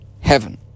heaven